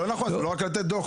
לא נכון, זה לא רק לתת דוח.